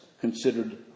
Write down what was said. considered